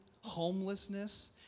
homelessness